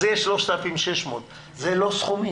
אז יהיה 3,600, זה לא סכומים.